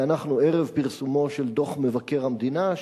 ואנחנו ערב פרסומו של דוח מבקר המדינה,